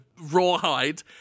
Rawhide